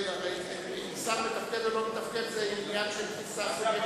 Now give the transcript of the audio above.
אם שר מתפקד או לא מתפקד זה עניין של תפיסה סובייקטיבית.